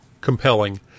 compelling